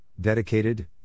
dedicated